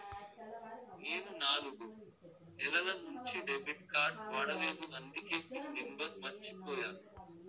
నేను నాలుగు నెలల నుంచి డెబిట్ కార్డ్ వాడలేదు అందికే పిన్ నెంబర్ మర్చిపోయాను